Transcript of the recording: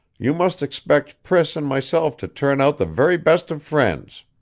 you must expect priss and myself to turn out the very best of friends.